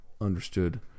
understood